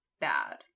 bad